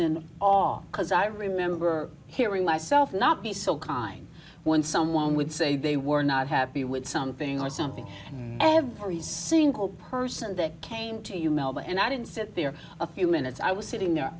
because i remember hearing myself not be so kind when someone would say they were not happy with something or something and every single person that came to you melba and i didn't sit there a few minutes i was sitting there